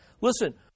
Listen